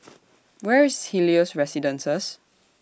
Where IS Helios Residences